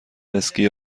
اسکی